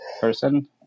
person